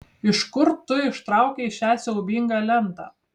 iš kur tu ištraukei šią siaubingą lentą